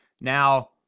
now